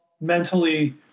mentally